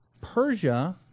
Persia